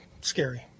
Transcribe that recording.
scary